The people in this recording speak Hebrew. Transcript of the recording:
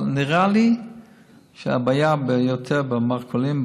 אבל נראה לי שהבעיה היא יותר במרכולים,